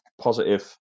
positive